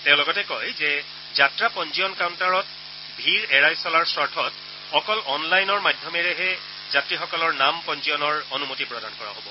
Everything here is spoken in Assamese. তেওঁ লগতে কয় যে যাত্ৰা পঞ্জীয়ন কাউণ্টাৰত ভীৰ এৰাই চলাৰ স্বাৰ্থত অকল অনলাইন মাধ্যমেৰেহে যাত্ৰীসকলক নাম পঞ্জীয়নৰ অনুমতি প্ৰদান কৰা হ'ব